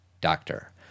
doctor